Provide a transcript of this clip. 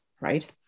right